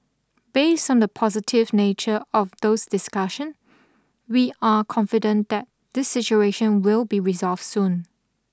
based on the positive nature of those discussion we are confident that this situation will be resolved soon